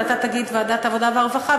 אבל אתה תגיד "ועדת העבודה והרווחה",